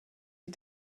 die